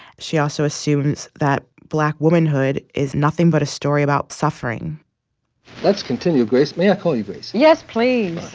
she also assumes that black womanhood is nothing but a story about suffering let's continue, grace. may i call you grace? yes, please